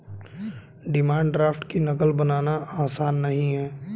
demand draft की नक़ल बनाना आसान नहीं है